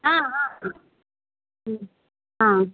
हाँ हाँ वह हाँ